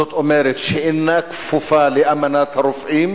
זאת אומרת שאינה כפופה לאמנת הרופאים,